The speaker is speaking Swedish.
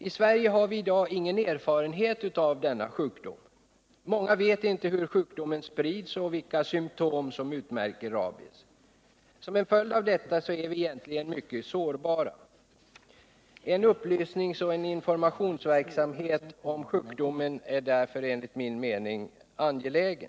I Sverige har vi i dag ingen erfarenhet av rabies. Många vet inte hur sjukdomen sprids och vilka symtom som utmärker den. Som effekt av detta är vi egentligen mycket sårbara. En upplysningsoch informationsverksamhet om rabies är därför enligt min mening angelägen.